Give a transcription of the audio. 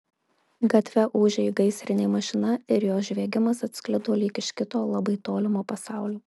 gatve ūžė gaisrinė mašina ir jos žviegimas atsklido lyg iš kito labai tolimo pasaulio